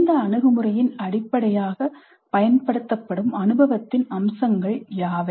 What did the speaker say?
இந்த அணுகுமுறையின் அடிப்படையாகப் பயன்படுத்தப்படும் அனுபவத்தின் அம்சங்கள் யாவை